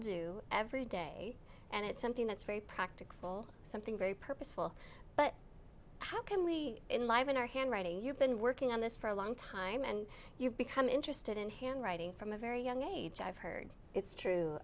do every day and it's something that's very practical something very purposeful but how can we in life in our handwriting you've been working on this for a long time and you've become interested in handwriting from a very young age i've heard it's true